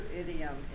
idiom